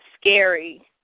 scary